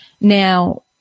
Now